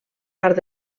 part